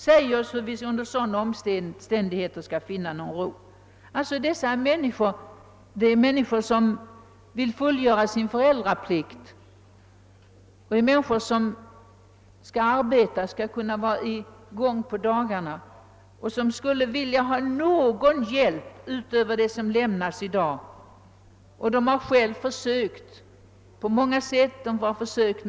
Säg oss, hur vi under sådana omständigheter skall finna någon ro.» Dessa människor fullgör sin föräldraplikt och arbetar på dagarna. De skulle vilja ha någon hjälp utöver den som nu lämnas.